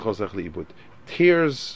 Tears